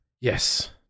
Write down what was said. yes